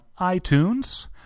iTunes